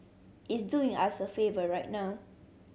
it's doing us a favour right now